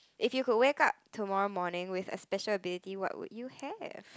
if you could wake up tomorrow morning with a special ability what would you have